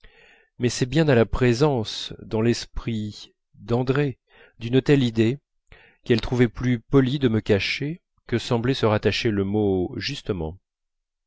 mais c'est bien à la présence dans l'esprit d'andrée d'une telle idée qu'elle trouvait plus poli de me cacher que semblait se rattacher le mot justement